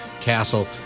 Castle